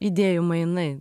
idėjų mainai